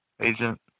agent